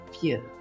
fear